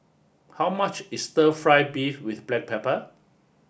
how much is stir fried beef with black pepper